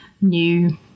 new